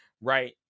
right